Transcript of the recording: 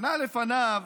שנה לפניו